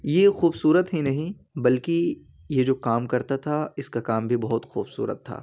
یہ خوبصورت ہی نہیں بلکہ یہ جو کام کرتا تھا اس کا کام بھی بہت خوبصورت تھا